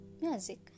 music